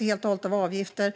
helt och hållet av avgifter.